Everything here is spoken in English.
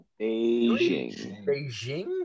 Beijing